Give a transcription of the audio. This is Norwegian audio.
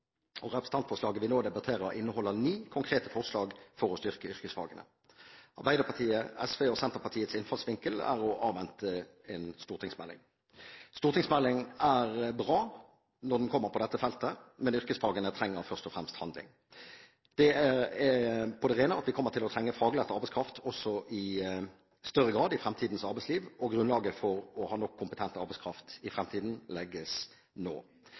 Representantforslaget vi nå debatterer, inneholder ni konkrete forslag for å styrke yrkesfagene. Arbeiderpartiet, SV og Senterpartiets innfallsvinkel er å avvente en stortingsmelding. En stortingsmelding er bra når den kommer på dette feltet, men yrkesfagene trenger først og fremst handling. Det er på det rene at vi kommer til å trenge faglært arbeidskraft i større grad i fremtidens arbeidsliv, og grunnlaget for å ha nok kompetent arbeidskraft i fremtiden legges nå.